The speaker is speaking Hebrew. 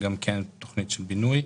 שגם שם יש בעיה של הדיור הממשלתי בבינוי.